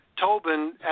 Tobin